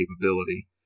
capability